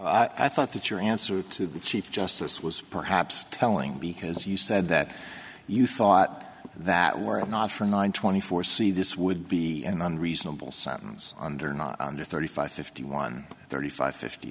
or i thought that your answer to the chief justice was perhaps telling because you said that you thought that were it not for nine twenty four c this would be an unreasonable sentence under not under thirty five fifty one thirty five fifty